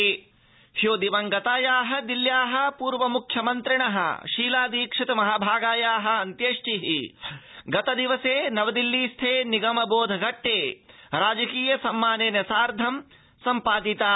शीलादीक्षित परह्य दिवंगताया दिल्ल्या पूर्वमुख्यमन्त्रिण शीला दीक्षित महाभागाया अन्त्येष्टि गतदिवसे नवदिल्लीस्थे निगमबोध घट्टे राजकीय सम्मानेन साकं सम्पादिता